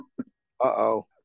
Uh-oh